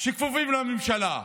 הכפופות לממשלה.